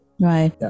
Right